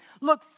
look